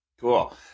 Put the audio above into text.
Cool